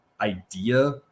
idea